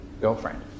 girlfriend